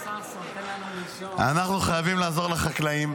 אנחנו חייבים לעזור לחקלאים,